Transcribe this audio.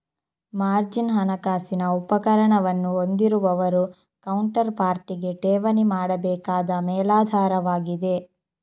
margin ಹಣಕಾಸಿನ ಉಪಕರಣವನ್ನು ಹೊಂದಿರುವವರು ಕೌಂಟರ್ ಪಾರ್ಟಿಗೆ ಠೇವಣಿ ಮಾಡಬೇಕಾದ ಮೇಲಾಧಾರವಾಗಿದೆ